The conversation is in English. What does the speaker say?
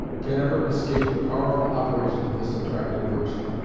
can ever escape the powerful operation of this attractive virtue.